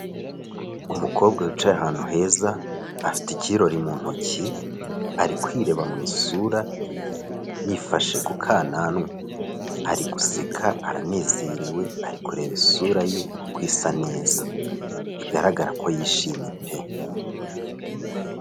Umukobwa wicaye ahantu heza afite icyirori mu ntoki ari kwirebaba mu isura yifashe ku kananwa, ari guseka aranezerewe ari kureba isura ye uko isa neza, bigaragara ko yishimye pe!